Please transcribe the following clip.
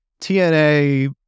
TNA